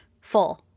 Full